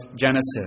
Genesis